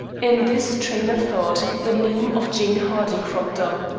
in this train of thought the name of jane harding cropped up.